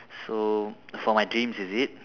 so for my dreams is it